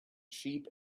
sheep